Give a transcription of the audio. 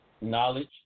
knowledge